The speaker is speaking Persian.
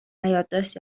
یادداشتی